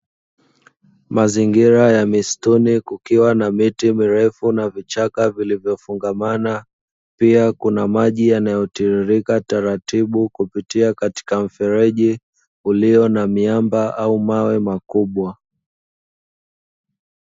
Mazingira ya misituni kukiwa na miti mirefu na vichaka vilivyofungamana, pia kuna maji yanayotiririka taratibu kupitia katika mfereji ulio na miamba au mawe makubwa.